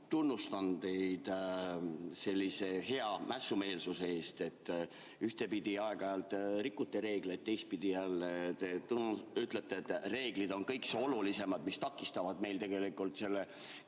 tunnustan teid sellise hea mässumeelsuse eest. Ühtepidi te aeg-ajalt rikute reegleid, teistpidi jälle ütlete, et reeglid on kõikse olulisemad, mis takistavad meil tegelikult selle